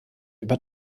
über